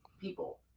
people